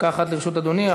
דקה אחת לרשות אדוני.